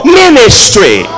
ministry